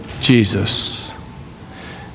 Jesus